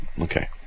Okay